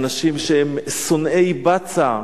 אנשים שהם שונאי בצע,